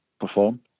perform